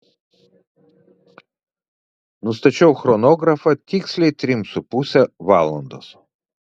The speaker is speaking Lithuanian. nustačiau chronografą tiksliai trim su puse valandos